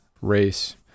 race